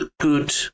good